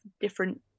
different